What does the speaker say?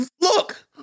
look